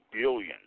billion